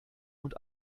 und